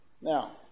Now